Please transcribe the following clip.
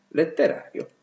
letterario